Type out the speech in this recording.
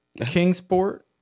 Kingsport